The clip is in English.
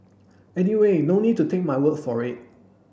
anyway no need to take my word for it